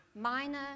minor